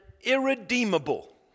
irredeemable